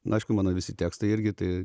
na aišku mano visi tekstai irgi tai